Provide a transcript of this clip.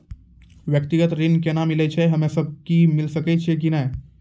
व्यक्तिगत ऋण केना मिलै छै, हम्मे सब कऽ मिल सकै छै कि नै?